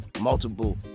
multiple